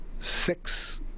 six